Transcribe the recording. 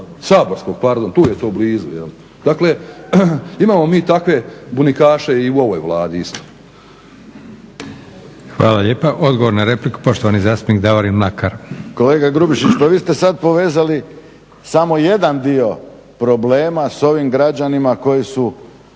Saborskog, pardon. Tu je to blizu jel'. Dakle, imamo mi takve bunikaše i u ovoj Vladi isto. **Leko, Josip (SDP)** Hvala lijepa. Odgovor na repliku, poštovani zastupnik Davorin Mlakar. **Mlakar, Davorin (HDZ)** Kolega Grubišić pa vi ste sad povezali samo jedan dio problema s ovim građanima koji su